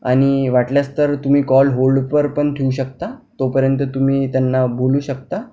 आणि वाटल्यास तर तुम्ही कॉल होल्डवर पण ठेवू शकता तोपर्यंत तुम्ही त्यांना बोलू शकता